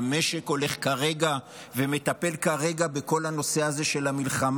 המשק הולך ומטפל כרגע טוב בכל הנושא הזה של המלחמה.